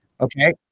Okay